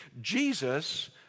Jesus